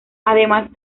además